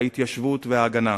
ההתיישבות וההגנה.